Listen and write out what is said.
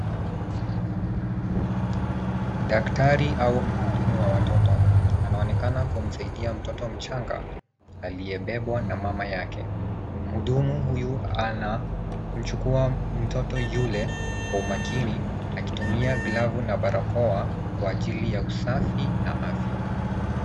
Daktari au mhudumu wa watoto anaonekana kumsaidia mtoto mchanga aliyebebwa na mama yake. Mhudumu huyu anamchukua mtoto yule kwa umakini akitumia glavu na barakoa kwa ajili ya usafi na afya.